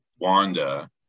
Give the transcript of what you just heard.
wanda